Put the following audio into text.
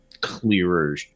clearer